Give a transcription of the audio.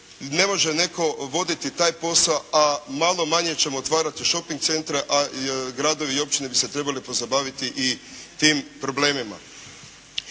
ne može netko voditi taj posao a malo manje ćemo otvarati shoping centre, a gradovi i općine bi se trebali pozabaviti i tim problemima.